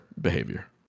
behavior